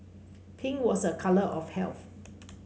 pink was a colour of health